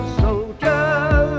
soldier